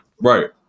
right